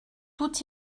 tout